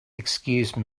excuse